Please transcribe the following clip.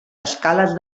escales